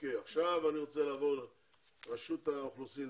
אני רוצה לעבור לרשות האוכלוסין.